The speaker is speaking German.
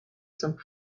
zum